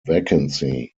vacancy